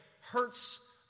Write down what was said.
hurts